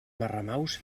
marramaus